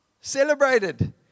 celebrated